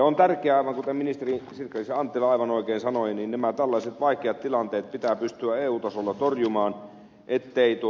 on tärkeää aivan kuten ministeri sirkka liisa anttila aivan oikein sanoi että nämä tällaiset vaikeat tilanteet pitää pystyä eu tasolla torjumaan ettei